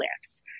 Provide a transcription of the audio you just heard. lifts